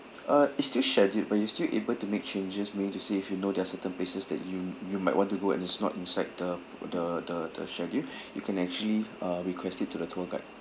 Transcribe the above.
uh it's still scheduled but you still able to make changes meaning to say if you know there are certain places that you you might want to go and it's not inside the the the the schedule you can actually uh request it to the tour guide